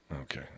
okay